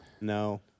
No